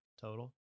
total